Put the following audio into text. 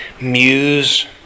muse